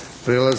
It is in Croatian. Hvala